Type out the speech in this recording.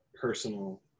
personal